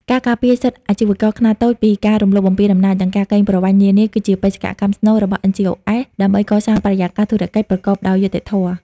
ការការពារសិទ្ធិអាជីវករខ្នាតតូចពីការរំលោភបំពានអំណាច និងការកេងប្រវ័ញ្ចនានា គឺជាបេសកកម្មស្នូលរបស់ NGOs ដើម្បីកសាងបរិយាកាសធុរកិច្ចប្រកបដោយយុត្តិធម៌។